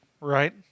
Right